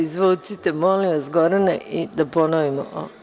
Izvucite molim vas karticu, Gorane, pa da ponovimo.